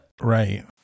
Right